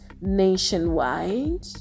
nationwide